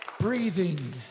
breathing